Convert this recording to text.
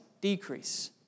decrease